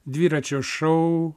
dviračio šou